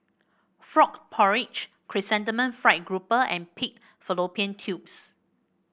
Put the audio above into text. Frog Porridge Chrysanthemum Fried Grouper and Pig Fallopian Tubes